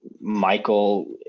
Michael